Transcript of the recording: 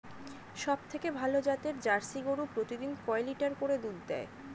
সবথেকে ভালো জাতের জার্সি গরু প্রতিদিন কয় লিটার করে দুধ দেয়?